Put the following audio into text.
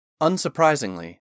Unsurprisingly